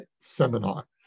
seminar